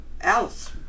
else